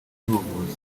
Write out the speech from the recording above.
y’ubuvuzi